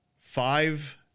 five